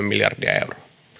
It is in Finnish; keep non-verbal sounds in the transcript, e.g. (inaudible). (unintelligible) miljardia euroa